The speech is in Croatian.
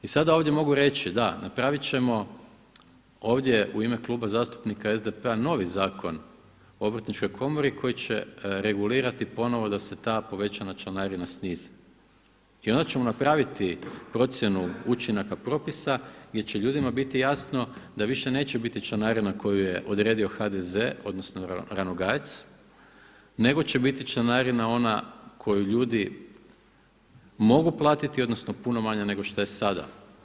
I sada ovdje mogu reći da, napravit ćemo ovdje u ime Kluba zastupnika SDP-a novi zakon o Obrtničkoj komori koji će regulirati ponovo da se ta povećana članarina snizi i onda ćemo napraviti procjenu učinaka propisa gdje će ljudima biti jasno da više neće biti članarina koju je odredio HDZ odnosno RAnogajec, nego će biti članarina ona koji ljudi mogu platiti odnosno puno manja nego šta je sada.